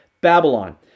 Babylon